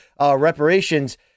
reparations